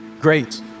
great